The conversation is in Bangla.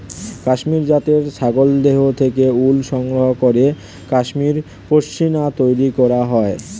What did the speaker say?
কাশ্মীরি জাতের ছাগলের দেহ থেকে উল সংগ্রহ করে কাশ্মীরি পশ্মিনা তৈরি করা হয়